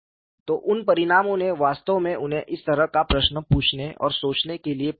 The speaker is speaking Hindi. तो उन परिणामों ने वास्तव में उन्हें इस तरह का प्रश्न पूछने और सोचने के लिए प्रेरित किया